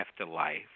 afterlife